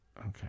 Okay